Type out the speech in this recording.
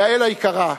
יעל היקרה,